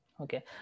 Okay